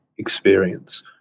Experience